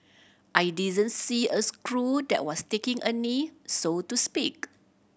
I didn't see a crew that was taking a knee so to speak